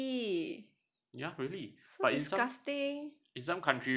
!ee! so disgusting